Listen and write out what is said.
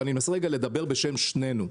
אנסה לדבר בשם שנינו.